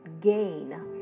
gain